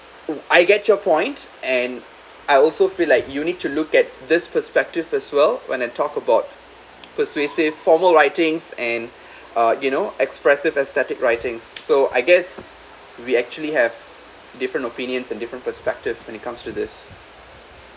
I get your point and I also feel like you need to look at this perspective as well when I talk about persuasive formal writings and uh you know expressive aesthetic writings so I guess we actually have different opinions and different perspective when it comes to this